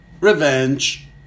Revenge